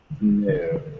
No